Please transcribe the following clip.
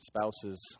spouses